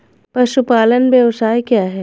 पशुपालन व्यवसाय क्या है?